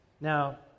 Now